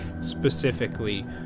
specifically